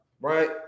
right